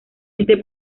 este